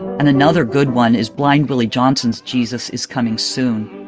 and another good one is blind willie johnson's jesus is coming soon.